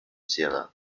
zealand